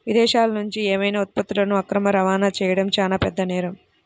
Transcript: విదేశాలనుంచి ఏవైనా ఉత్పత్తులను అక్రమ రవాణా చెయ్యడం చానా పెద్ద నేరం